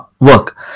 work